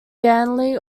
ganley